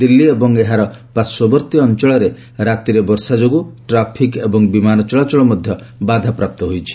ଦିଲ୍ଲୀ ଏବଂ ଏହାର ପାର୍ଶ୍ୱବର୍ତ୍ତୀ ଅଞ୍ଚଳରେ ରାତିରେ ବର୍ଷା ଯୋଗୁଁ ଟ୍ରାଫିକ୍ ଏବଂ ବିମାନ ଚଳାଚଳ ବାଧାପ୍ରାପ୍ତ ହୋଇଛି